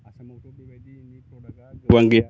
आसामावथ' बेबायदिनि प्रदाक्टआ गोबां गैया